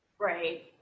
Right